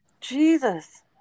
Jesus